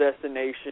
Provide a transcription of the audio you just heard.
Destination